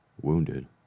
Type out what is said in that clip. Wounded